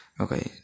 Okay